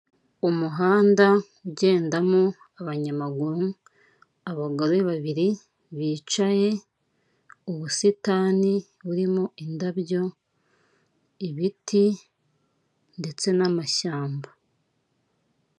Umuhanda ugendamo abanyamaguru, abagore babiri bicaye, ubusitani burimo indabyo ibiti ndetse n'amashyamba.